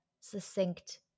succinct